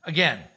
Again